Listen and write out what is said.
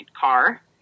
car